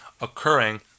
occurring